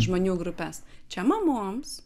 žmonių grupes čia mamoms